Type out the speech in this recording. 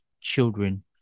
children